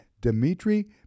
Dmitry